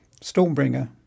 Stormbringer